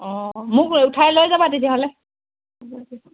অঁ মোক উঠাই লৈ যাবা তেতিয়াহ'লে